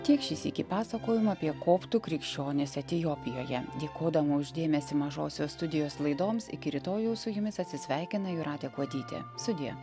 tiek šį sykį pasakojimų apie koptų krikščionis etiopijoje dėkodama už dėmesį mažosios studijos laidoms iki rytojaus su jumis atsisveikina jūratė kuodytė sudie